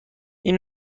این